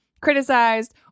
criticized